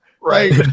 Right